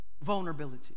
Vulnerability